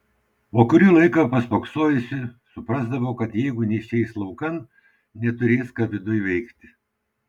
o kurį laiką paspoksojusi suprasdavo kad jeigu neišeis laukan neturės ką viduj veikti